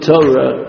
Torah